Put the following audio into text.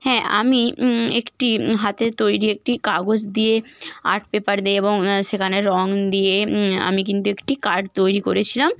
হ্যাঁ আমি একটি হাতে তৈরি একটি কাগজ দিয়ে আর্ট পেপার দিয়ে এবং সেখানে রঙ দিয়ে আমি কিন্তু একটি কার্ড তৈরি করেছিলাম